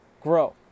grow